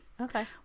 Okay